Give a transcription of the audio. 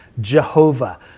Jehovah